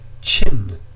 chin